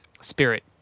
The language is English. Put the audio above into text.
spirit